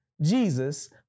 Jesus